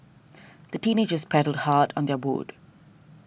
the teenagers paddled hard on their boat